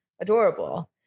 adorable